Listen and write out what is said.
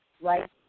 right